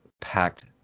packed